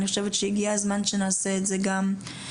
אני חושבת שהגיע הזמן שנעשה את זה גם.